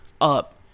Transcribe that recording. up